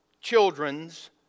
children's